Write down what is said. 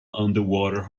underwater